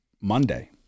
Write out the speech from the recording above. Monday